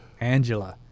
Angela